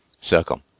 circle